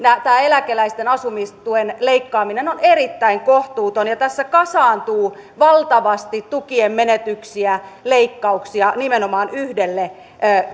tämä eläkeläisten asumistuen leikkaaminen on erittäin kohtuutonta ja tässä kasaantuu valtavasti tukien menetyksiä leikkauksia nimenomaan yhdelle